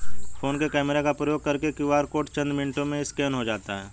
phone के camera का प्रयोग करके क्यू.आर कोड चंद मिनटों में स्कैन हो जाता है